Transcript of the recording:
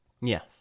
Yes